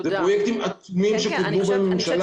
אלה פרויקטים עצומים שקודמו בממשלה.